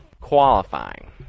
qualifying